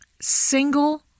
single